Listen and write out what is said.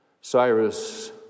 Cyrus